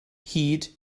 hyd